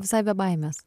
visai be baimės